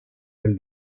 del